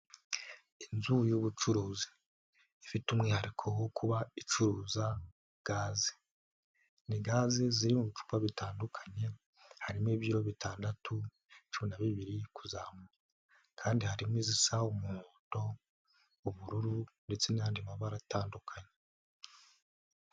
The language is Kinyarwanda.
Inzu y'ubucuruzi ifite umwihariko wo kuba icuruza gaze. Ni gaze ziri mu bicupa bitandukanye, harimo ibiro bitandatu, cumi na bibiri kuzamuka kandi harimo izisa umuhondo, ubururu ndetse n'andi mabara atandukanye.